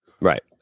Right